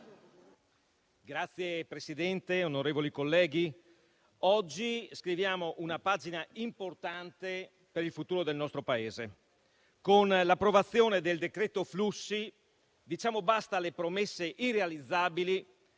Signor Presidente, onorevoli colleghi, oggi scriviamo una pagina importante per il futuro del nostro Paese. Con l'approvazione del decreto flussi, diciamo basta alle promesse irrealizzabili